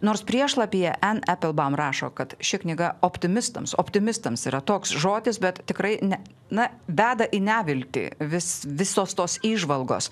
nors priešlapyje en eplbaum kad ši knyga optimistams optimistams yra toks žodis bet tikrai ne na veda į neviltį vis visos tos įžvalgos